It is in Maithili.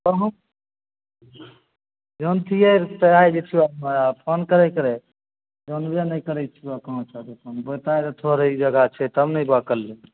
कहाँ जानतिए रऽ तऽ आइ जैतिए हमरा फोन करेके रहै जानबे नहि करै छिहौ कहाँ छौ दोकान बताय देतहो रऽ ई जगह छै दोकान छै तब ने एबऽ कल्हे